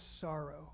sorrow